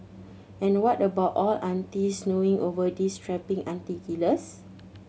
and what about all aunties swooning over these strapping auntie killers